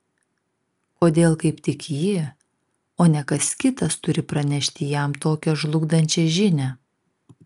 kodėl kaip tik ji o ne kas kitas turi pranešti jam tokią žlugdančią žinią